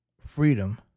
freedom